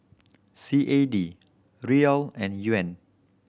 C A D Riyal and Yuan